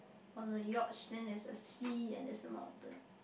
on the yacht then there's a sea and is the mountain